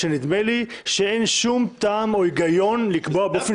שנדמה לי שאין שום טעם או היגיון לקבוע באופן